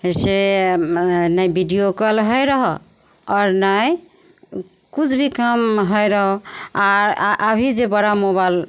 से ने video call होइ रहऽ आओरर ने किछु भी काम होइ रहय आओर अभी जे बड़ा मोबाइल